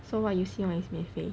so what you say that is 免费